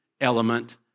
element